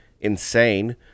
insane